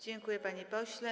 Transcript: Dziękuję, panie pośle.